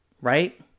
Right